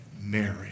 Mary